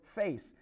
face